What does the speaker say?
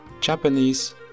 Japanese